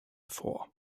vor